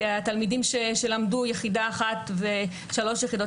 התלמידים שלמדו יחידה אחת ושלוש יחידות